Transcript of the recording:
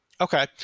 Okay